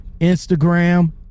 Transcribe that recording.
Instagram